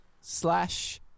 slash